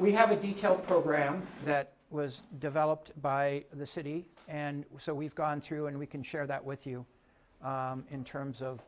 we have a veto program that was developed by the city and so we've gone through and we can share that with you in terms of